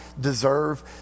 deserve